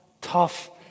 tough